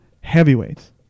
Heavyweights